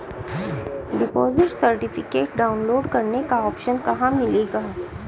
Deposit certificate download करने का option कहां मिलेगा?